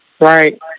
Right